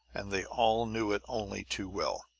and they all knew it only too well.